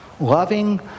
Loving